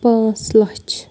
پانٛژھ لچھ